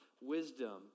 wisdom